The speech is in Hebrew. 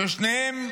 ששתיהן,